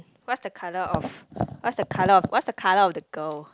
what's the color of what's the color of what's the color of the girl